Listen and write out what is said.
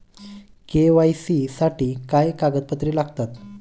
KYC साठी काय कागदपत्रे लागतात?